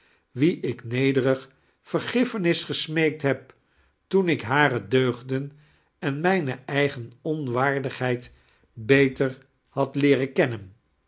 wie ik nedexig vergiffenis gesmeekt heb foen ik hare deiugdlen en mijne eigen onwaandigheid beter had leeren keinnen